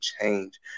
change